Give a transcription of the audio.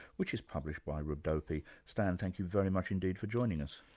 which is published by rodopi. stan, thank you very much indeed for joining us.